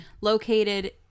located